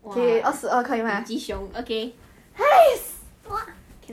that's why if you if you dye like